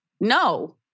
no